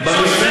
אם אתה,